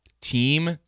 team